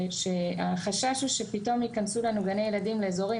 החשש הוא שפתאום ייכנסו לנו גני ילדים לאיזורים